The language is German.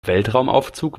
weltraumaufzug